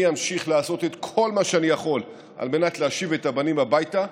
אני אמשיך לעשות את כל מה שאני יכול על מנת להשיב את הבנים הביתה,